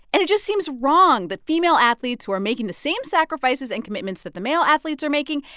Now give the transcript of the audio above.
and it just seems wrong that female athletes who are making the same sacrifices and commitments that the male athletes are making,